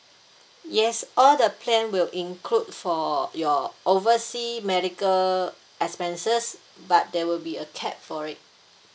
yes all the plan will include for your oversea medical expenses but there will be a cap for it